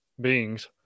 beings